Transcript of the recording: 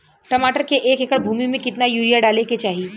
टमाटर के एक एकड़ भूमि मे कितना यूरिया डाले के चाही?